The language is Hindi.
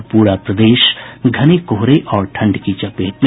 और पूरा प्रदेश घने कोहरे और ठंड की चपेट में